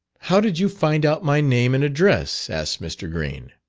how did you find out my name and address, asked mr. green?